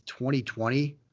2020